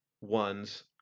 one's